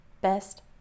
best